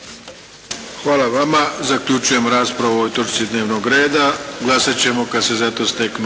Hvala vama. Zaključujem raspravu o ovoj točci dnevnog reda, glasat ćemo kada se za to steknu